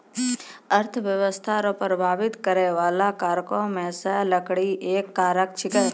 अर्थव्यस्था रो प्रभाबित करै बाला कारको मे से लकड़ी एक कारक छिकै